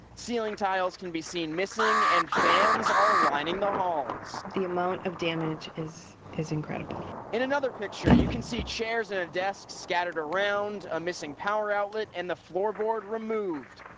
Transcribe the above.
ceiling tiles can be seen missing and fans are lining the halls. the amount of damage is is incredible in another picture you can see chairs and a desk scattered around. a missing power outlet and the floorboard removed.